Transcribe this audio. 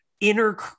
inner